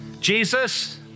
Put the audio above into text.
Jesus